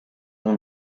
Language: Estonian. oli